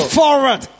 forward